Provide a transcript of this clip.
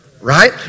right